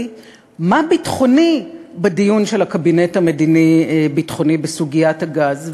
מה ביטחוני בדיון של הקבינט המדיני-ביטחוני בסוגיית הגז,